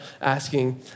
asking